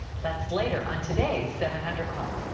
that's later on today's seven hundred club.